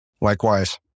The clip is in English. Likewise